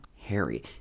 Harry